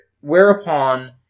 whereupon